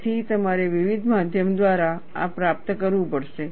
તેથી તમારે વિવિધ માધ્યમો દ્વારા આ પ્રાપ્ત કરવું પડશે